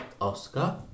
Oscar